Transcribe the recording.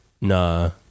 Nah